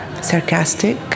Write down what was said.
sarcastic